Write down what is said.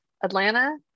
Atlanta